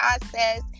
process